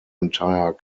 entire